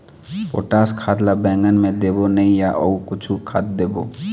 Potash खाद ला बैंगन मे देबो नई या अऊ कुछू खाद देबो?